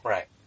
Right